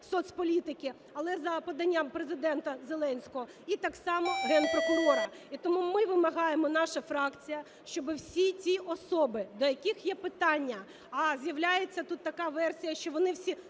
соцполітики, але за поданням Президента Зеленського, і так само Генпрокурора. І тому ми вимагаємо, наша фракція, щоб всі ті особи, до яких є питання. А з'являється тут така версія, що вони всі